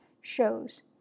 shows